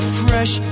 fresh